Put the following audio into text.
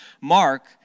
Mark